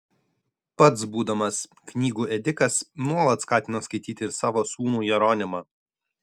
pats būdamas knygų ėdikas nuolat skatino skaityti ir savo sūnų jeronimą